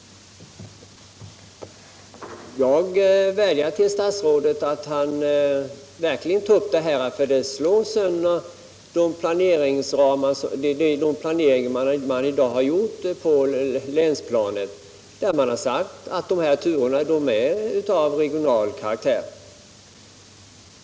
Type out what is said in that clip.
Jag vädjar till statsrådet att han verkligen tar upp denna fråga, eftersom de nu uppgjorda planeringarna på länsnivån annars slås sönder i de fall där man uttalat att de turer det gäller har regional karaktär.